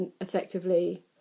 effectively